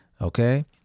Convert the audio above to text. Okay